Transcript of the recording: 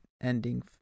ending